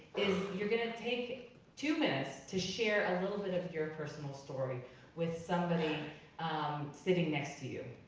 is you're gonna take two minutes to share a little bit of your personal story with somebody sitting next to you.